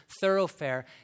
thoroughfare